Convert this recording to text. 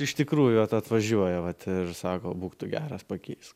iš tikrųjų atvažiuoja vat ir sako būk tu geras pakeisk